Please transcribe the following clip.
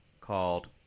called